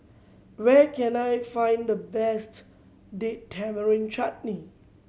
where can I find the best Date Tamarind Chutney